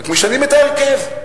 רק משנים את ההרכב.